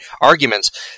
arguments